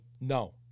no